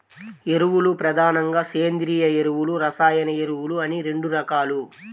ఎరువులు ప్రధానంగా సేంద్రీయ ఎరువులు, రసాయన ఎరువులు అని రెండు రకాలు